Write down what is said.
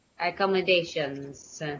accommodations